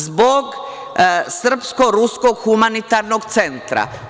Zbog Srpsko-ruskog humanitarnog centra.